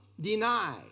deny